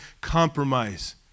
compromise